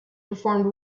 performed